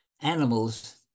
animals